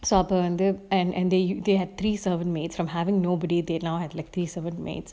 so அப்ப வந்து:appa vanthu and the and and they they had three servant maids from having nobody they now had like three servant maids